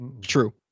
True